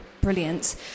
brilliant